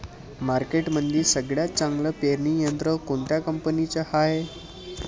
मार्केटमंदी सगळ्यात चांगलं पेरणी यंत्र कोनत्या कंपनीचं हाये?